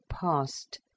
past